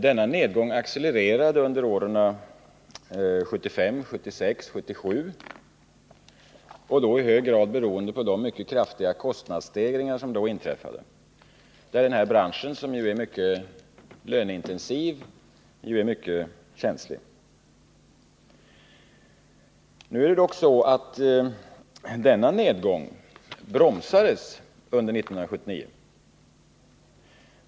Denna nedgång accelererade under åren 1975-1977, i hög grad beroende på de mycket kraftiga kostnadsstegringar som då inträffade och som den här branschen, som är mycket löneintensiv, är mycket känslig för. Det är dock så att denna nedgång bromsades under 1979.